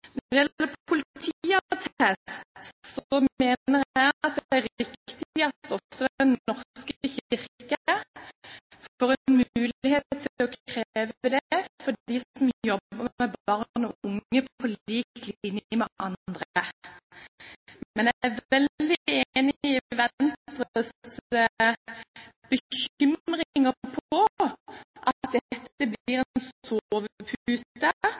Når det gjelder politiattest, mener jeg det er riktig at også Den norske kirke får en mulighet til å kreve det for dem som jobber med barn og unge, på lik linje med andre. Men jeg er veldig enig med Venstre når det gjelder deres bekymringer for at dette blir en